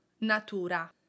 natura